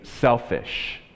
selfish